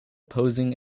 posing